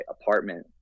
apartment